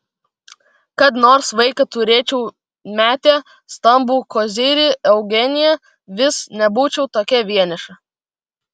kad nors vaiką turėčiau metė stambų kozirį eugenija vis nebūčiau tokia vieniša